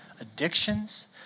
addictions